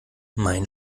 mein